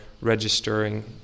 registering